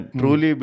truly